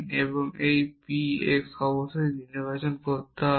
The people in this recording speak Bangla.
এবং এই p x অবশ্যই নির্বাচন করতে হবে